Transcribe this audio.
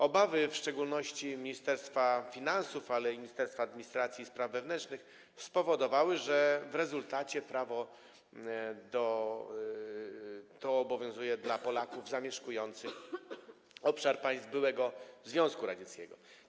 Obawy w szczególności Ministerstwa Finansów, ale i Ministerstwa Administracji i Spraw Wewnętrznych spowodowały, że w rezultacie prawo to obowiązuje w odniesieniu do Polaków zamieszkujących na obszarze państw byłego Związku Radzieckiego.